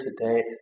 today